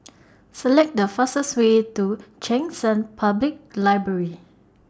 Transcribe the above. Select The fastest Way to Cheng San Public Library